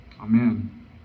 Amen